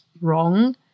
wrong